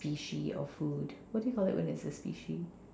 species of food what do you call it when it's a species